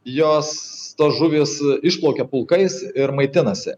jos tos žuvys išplaukia pulkais ir maitinasi